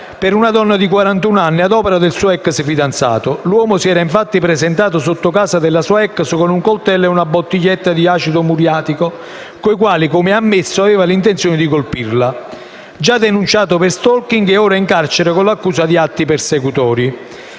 di una donna di quarantun anni ad opera del suo ex fidanzato. L'uomo si era infatti presentato sotto casa della sua ex con un coltello e una bottiglietta di acido muriatico, coi quali - come ha ammesso - aveva l'intenzione di colpirla. Già denunciato per *stalking*, l'uomo è ora in carcere con l'accusa di atti persecutori.